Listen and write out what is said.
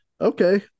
Okay